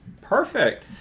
perfect